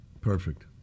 Perfect